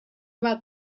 about